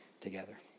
together